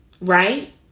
right